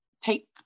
take